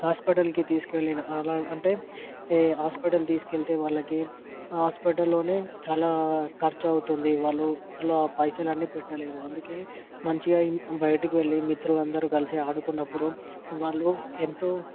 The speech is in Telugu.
హాస్పిటల్కి తీసుకెళ్లిన అలా అంటే ఏ హాస్పిటల్కి తీసుకెళ్తే వాళ్లకి హాస్పిటల్లోనే చాలా ఖర్చు అవుతుంది వాళ్లు పైసలు అన్ని పెట్టలేరు అందుకే మంచిగా బయటకువెళ్ళి మిత్రులందరూ కలిసి ఆడుకున్నప్పుడు వాళ్లు ఎంతో